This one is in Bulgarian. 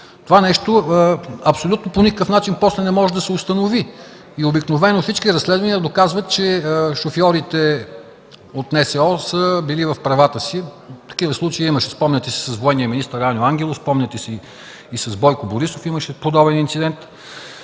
Това нещо абсолютно по никакъв начин после не може да се установи и обикновено всички разследвания доказват, че шофьорите от НСО са били в правата си. Такива случаи имаше, спомняте си, с военния министър Аню Ангелов, и с Бойко Борисов имаше подобен инцидент,